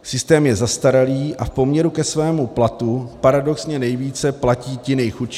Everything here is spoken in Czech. Systém je zastaralý a v poměru ke svému platu paradoxně nejvíce platí ti nejchudší.